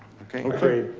okay.